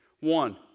One